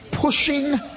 pushing